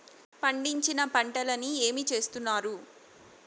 పండించిన పంటలని ఏమి చేస్తున్నారు?